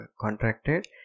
contracted